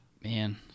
man